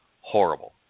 horrible